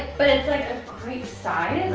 but it's like a great size.